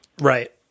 Right